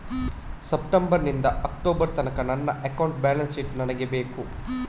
September ನಿಂದ October ತನಕ ನನ್ನ ಅಕೌಂಟ್ ಬ್ಯಾಲೆನ್ಸ್ ಶೀಟ್ ನನಗೆ ಬೇಕು